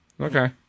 okay